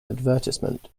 advertisement